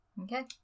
Okay